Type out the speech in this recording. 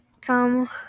come